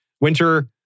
Winter